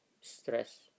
stress